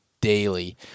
daily